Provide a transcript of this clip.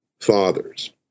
Fathers